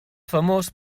famós